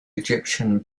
egyptian